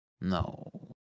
No